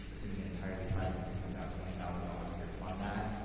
assuming an entirely private system is now twenty thousand dollars and we were to fund that.